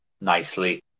nicely